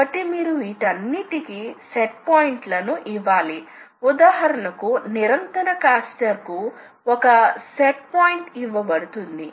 కాబట్టి ఈ యంత్రాల కోసం మీకు చాలా నిపుణుల నిర్వహణ అవసరం ఎందుకంటే అవి సరిగా నిర్వహించకపోతే అవి దెబ్బతింటాయి చివరకు అవి వాటి ఖచ్చితత్వాన్ని కోల్పోతాయి